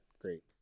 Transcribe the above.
great